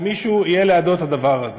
שמישהו יהיה לידו הדבר הזה.